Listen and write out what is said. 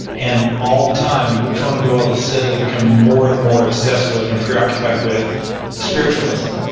and all the time conan doyle is steadily becoming more and more obsessed with him, preoccupied with spiritualism.